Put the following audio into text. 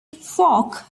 folk